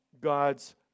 God's